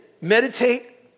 meditate